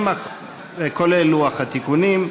כולל לוח התיקונים.